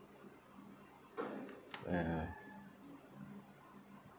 uh